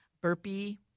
Burpee